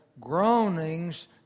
groanings